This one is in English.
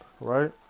right